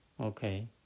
okay